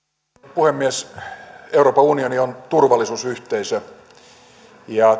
puhemies euroopan unioni on turvallisuusyhteisö ja